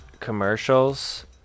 commercials